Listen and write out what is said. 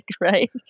right